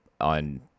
on